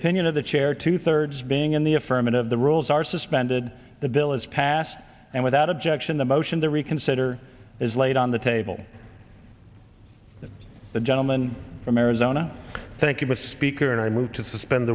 opinion of the chair two thirds being in the affirmative the rules are suspended the bill is passed and without objection the motion to reconsider is laid on the table that the gentleman from arizona thank you but speaker and i move to suspend